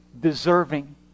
deserving